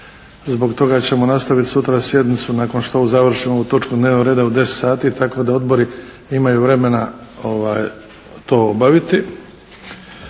Zbog toga ćemo nastaviti sutra sjednicu nakon što završimo ovu točku dnevnog reda u 10 sati tako da odbori imaju vremena to obaviti.